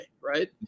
right